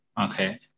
Okay